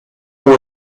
for